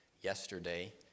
yesterday